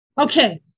Okay